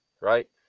right